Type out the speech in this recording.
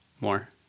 More